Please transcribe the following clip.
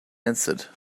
answered